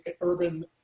urban